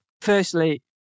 firstly